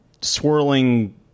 swirling